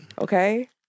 Okay